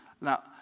Now